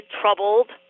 troubled